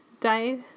die